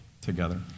together